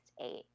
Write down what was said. eight